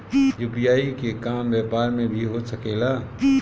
UPI के काम व्यापार में भी हो सके ला?